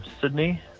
Sydney